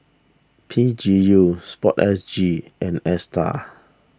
P G U Sport S G and Astar